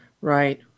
right